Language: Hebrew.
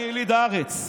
אני יליד הארץ.